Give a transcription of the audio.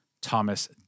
Thomas